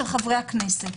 של חברי הכנסת.